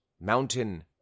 mountain